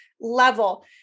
level